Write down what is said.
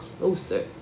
closer